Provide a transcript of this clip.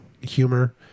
humor